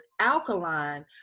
alkaline